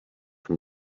from